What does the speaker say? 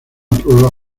prueba